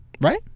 Right